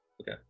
Okay